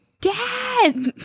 dad